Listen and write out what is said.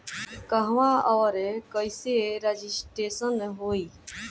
कहवा और कईसे रजिटेशन होई?